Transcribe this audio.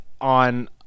on